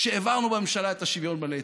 כשהעברנו בממשלה את השוויון בנטל,